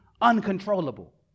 uncontrollable